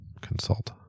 consult